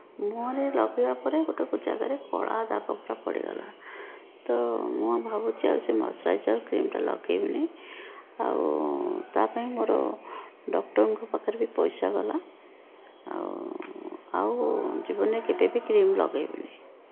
ମୁହଁରେ ଲଗେଇବା ପରେ ଗୋଟେ ଗୋଟେ ଜାଗାରେ କଲା ଦାଗ ପୁରା ପଡ଼ିଗଲା ତ ମୁଁ ଭାବୁଛି ଆଉ ସେ ମଶ୍ଚରାଇଜର୍ କ୍ରିମ୍ଟା ଲଗେଇବିନି ଆଉ ତା ପାଇଁ ମୋର ଡକ୍ଟର୍ଙ୍କ ପାଖରେ ବି ପଇସା ଗଲା ଆଉ ଆଉ ଜୀବନରେ କେବେ ବି କ୍ରିମ୍ ଲଗେଇବିନି